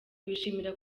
bishimira